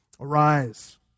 Arise